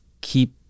keep